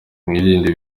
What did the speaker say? mwirinde